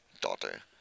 Daughter